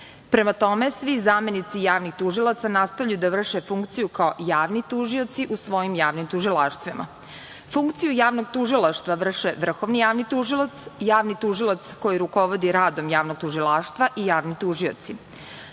Prema tome, svi zamenici javnih tužilaca, nastavljaju da vrše funkciju kao javni tužioci, u svojim javnim tužilaštvima. Funkciju javnog tužilaštva, vrše vrhovni javni tužilac, javni tužilac koji rukovodi radom javnog tužilaštva i javni